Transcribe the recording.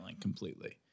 completely